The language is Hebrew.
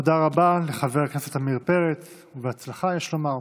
תודה רבה לחבר הכנסת עמיר פרץ, ובהצלחה, יש לומר.